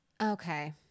Okay